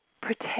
protect